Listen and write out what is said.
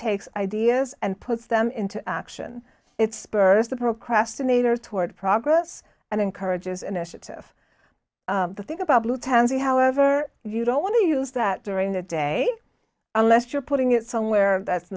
takes ideas and puts them into action it's spurs the procrastinator toward progress and encourages initiative to think about blue tansey however you don't want to use that during the day unless you're putting it somewhere that's